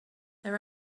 there